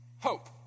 Hope